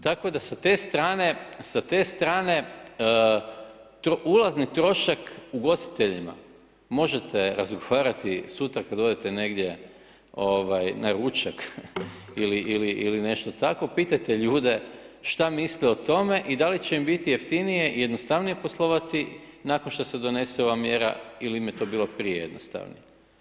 Tako da sa te strane, sa te strane ulazni trošak ugostiteljima možete razgovarati sutra kada odete negdje na ručak ili nešto takvo, pitajte ljude šta misle o tome i da li će im biti jeftinije i jednostavnije poslovati nakon što se donese ova mjera ili im je to bilo prije jednostavnije.